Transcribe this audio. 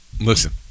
Listen